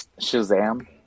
Shazam